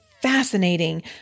fascinating